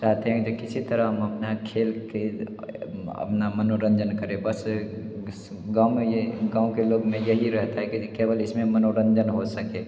चाहते हैं कि किसी तरह हम अपना खेल के अपना मनोरंजन करे बस गाँव में ये गाँव के लोग में यही रहता है कि जे केवल इसमें मनोरंजन हो सके